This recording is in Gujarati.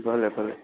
ભલે ભલે